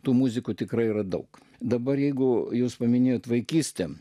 tų muzikų tikrai yra daug dabar jeigu jūs paminėjote vaikystę